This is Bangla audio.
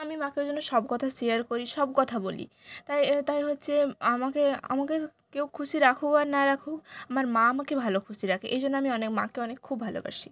আমি মাকে ওই জন্য সব কথা শেয়ার করি সব কথা বলি তাই তাই হচ্ছে আমাকে আমাকে কেউ খুশি রাখুক আর নাই রাখুক আমার মা আমাকে ভালো খুশি রাখে এই জন্য আমি অনেক মাকে অনেক খুব ভালোবাসি